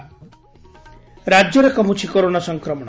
ରାଜ୍ୟରେ କମୁଛି କରୋନା ସଂକ୍ରମଣ